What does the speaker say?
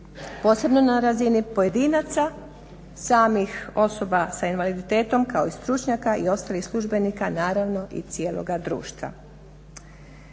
posebno na razini pojedinaca, samih osoba sa invaliditetom, kao i stručnjaka i ostalih službenika, naravno i cijeloga društva.